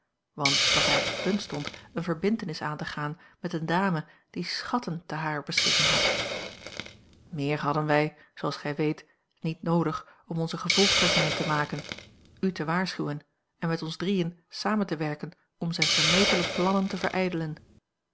want dat hij op het punt stond eene verbintenis aan te gaan met eene dame die schatten te harer beschikking had meer hadden wij zooals gij weet niet noodig om onze gevolgtrekkingen te maken u te waarschuwen en met ons drieën samen te werken om zijne vermetele plannen te verijdelen